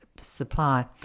supply